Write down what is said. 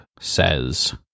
says